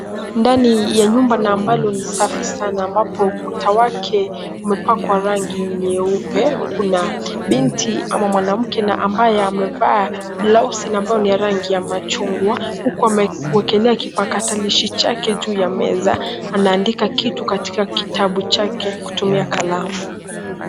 Ndani ya nyumba na ambalo ni safi sana ambapo kuta wake umepakwa rangi nyeupe. Kuna binti ama mwanamke na ambaye amevaa blausi na ambayo ni ya rangi ya machungwa, huku amewekelea kipakatalishi chake juu ya meza, anaandika kitu katika kitabu chake kutumia kalamu.